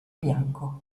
bianco